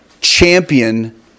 champion